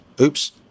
oops